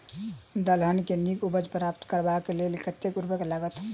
दलहन केँ नीक उपज प्राप्त करबाक लेल कतेक उर्वरक लागत?